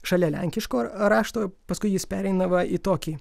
šalia lenkiško rašto paskui jis pereina va į tokį